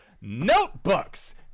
notebooks